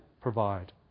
provide